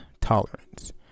tolerance